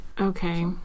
Okay